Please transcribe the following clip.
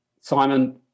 Simon